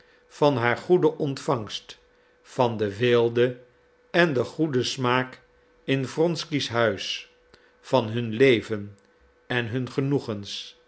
van haar goede ontvangst van de weelde en den goeden smaak in wronsky's huis van hun leven en hun genoegens